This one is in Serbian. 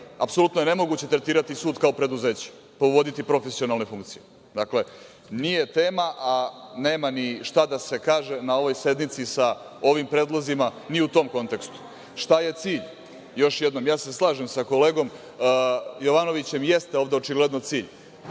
apsolutno je nemoguće tretirati sud kao preduzeće, pa uvoditi profesionalne funkcije. Dakle, nije tema, a nema ni šta da se kaže na ovoj sednici sa ovim predlozima ni u tom kontekstu. Šta je cilj? Još jednom, slažem se sa kolegom Jovanovićem, jeste ovde očigledno cilj